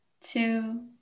two